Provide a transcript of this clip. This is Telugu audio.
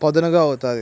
పదనుగా అవుతుంది